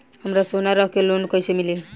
हमरा सोना रख के लोन कईसे मिली?